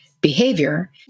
behavior